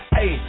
hey